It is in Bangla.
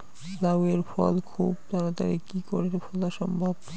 লাউ এর ফল খুব তাড়াতাড়ি কি করে ফলা সম্ভব?